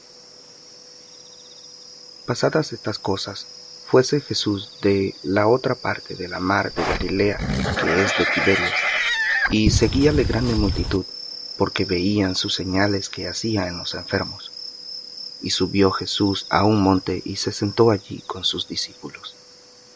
pasadas estas cosas fuése jesús de la otra parte de la mar de galilea de tiberias y seguíale grande multitud porque veían sus señales que hacía en los enfermos y subió jesús á un monte y se sentó allí con sus discípulos